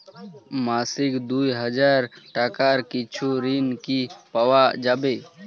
মাসিক দুই হাজার টাকার কিছু ঋণ কি পাওয়া যাবে?